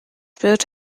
built